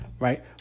Right